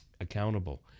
accountable